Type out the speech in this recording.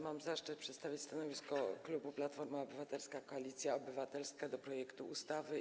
Mam zaszczyt przedstawić stanowisko klubu Platforma Obywatelska - Koalicja Obywatelska dotyczące projektu ustawy.